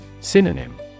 Synonym